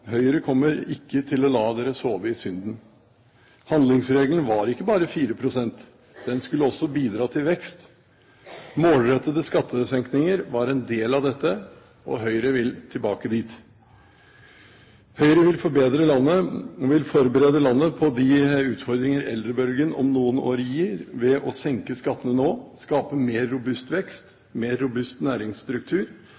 Høyre kommer ikke til å la den sovne i synden! Handlingsregelen var ikke bare 4 pst., den skulle også bidra til vekst. Målrettede skattesenkninger var en del av dette, og Høyre vil tilbake dit. Høyre vil forberede landet på de utfordringer eldrebølgen om noen år gir, ved å senke skattene nå, skape mer robust